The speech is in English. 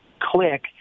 click